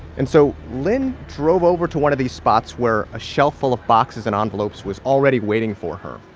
and so lynne drove over to one of these spots where a shelf full of boxes and envelopes was already waiting for her,